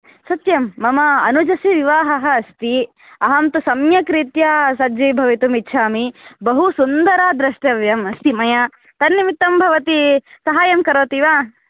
सत्यं मम अनुजस्य विवाहः अस्ति अहं तु सम्यक् रीत्या सज्जी भवतुं इच्छामि बहु सुन्दरा द्रष्टव्यम् अस्ति मया तन्निमित्तं भवती सहायं करोति वा